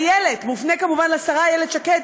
"איילת" מופנה כמובן לשרה איילת שקד,